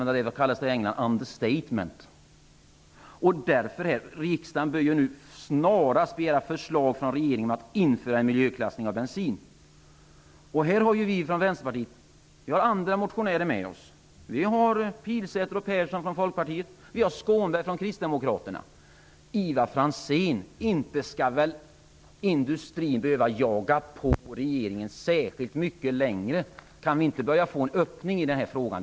Det är ett understatement. Därför bör riksdagen snarast begära förslag från regeringen om en miljöklassning av bensin. Vi från Vänsterpartiet har andra motionärer med oss. Vi har Karin Pilsäter och Siw Persson från Folkpartiet och vi har Tuve Skånberg från Kristdemokraterna. Inte skall väl industrin, Ivar Franzén, behöva jaga på regeringen särskilt mycket längre? Kan vi inte få en öppning i denna fråga?